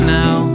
now